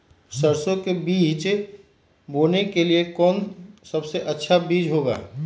सरसो के बीज बोने के लिए कौन सबसे अच्छा बीज होगा?